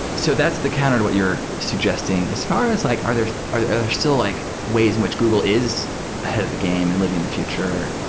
so that's the counter to what you're suggesting. as far as like are there are there are there still like ways in which google is ahead of the game and living the future?